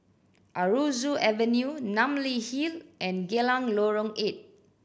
Aroozoo Avenue Namly Hill and Geylang Lorong Eight